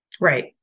right